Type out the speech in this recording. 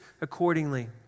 accordingly